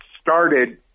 started